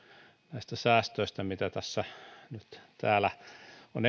näistä säästöistä joiden toteutumista tässä nyt täällä on